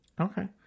okay